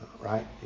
Right